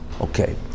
okay